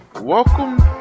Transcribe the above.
welcome